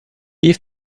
leave